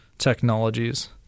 technologies